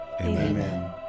Amen